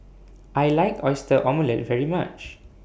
I like Oyster Omelette very much